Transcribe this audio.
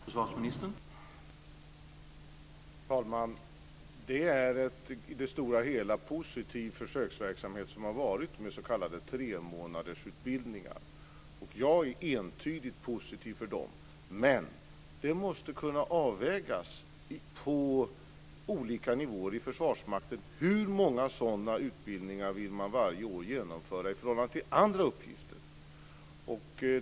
Herr talman! Det är en i det stora hela positiv försöksverksamhet som har varit med s.k. tremånadersutbildningar. Jag är entydigt positiv till dem. Men det måste kunna avvägas på olika nivåer i Försvarsmakten hur många sådana utbildningar man vill genomföra varje år i förhållande till andra uppgifter.